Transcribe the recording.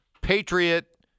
Patriot